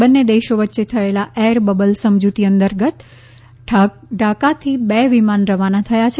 બંને દેશો વચ્ચે થયેલા એર બબલ સમજૂતી અંતર્ગત ઢાકાથી બે વિમાન રવાના થયા છે